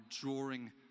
drawing